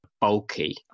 bulky